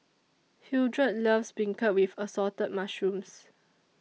Hildred loves Beancurd with Assorted Mushrooms